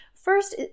First